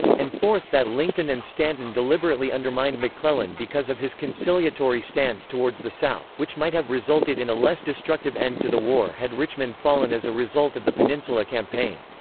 and fourth, that lincoln and stanton deliberately undermined mcclellan because of his conciliatory stance towards the south, which might have resulted in a less destructive end to the war had richmond fallen as a result of the peninsula campaign.